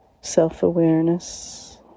self-awareness